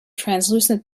translucent